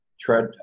tread